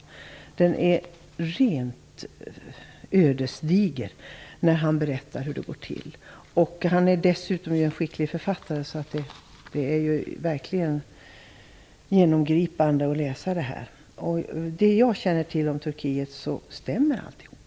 Artikeln är rent ödesdiger. Han berättar hur det hela går till. Dessutom är han en skicklig författare. Det är verkligen gripande att läsa det här. Utifrån vad jag känner till om Turkiet stämmer alltihopa dessutom.